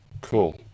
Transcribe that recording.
Cool